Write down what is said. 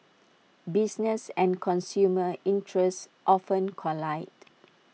business and consumer interests often collide